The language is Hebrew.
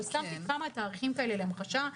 אבל שמתי כמה תאריכים כאלה להמחשה.